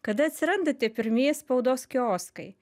kada atsiranda tie pirmieji spaudos kioskai